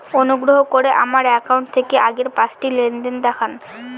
অনুগ্রহ করে আমার অ্যাকাউন্ট থেকে আগের পাঁচটি লেনদেন দেখান